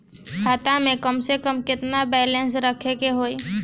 खाता में कम से कम केतना बैलेंस रखे के होईं?